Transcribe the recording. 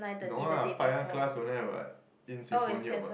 no lah class don't have what in symphony or what